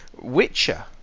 Witcher